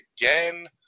again